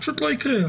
לא יקרה.